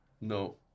No